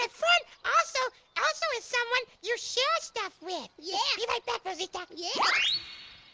and friend also ah so is someone you share stuff with. yeah. be right back rosita. yeah